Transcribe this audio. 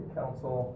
council